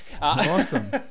Awesome